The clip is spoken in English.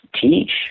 teach